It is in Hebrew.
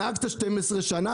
נהגת 12 שנים,